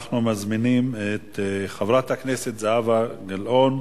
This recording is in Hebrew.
אנחנו מזמינים את חברת הכנסת זהבה גלאון.